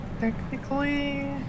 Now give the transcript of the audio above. Technically